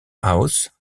house